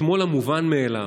אתמול המובן מאליו,